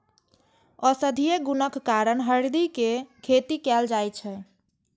औषधीय गुणक कारण हरदि के खेती कैल जाइ छै